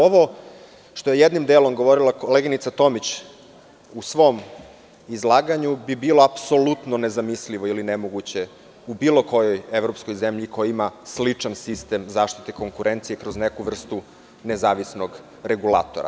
Ovo što je jednim delom govorila koleginica Tomić u svom izlaganju bi bilo apsolutno nezamislivo ili nemoguće u bilo kojoj evropskoj zemlji koja ima sličan sistem zaštite konkurencije kroz neku vrstu nezavisnog regulatora.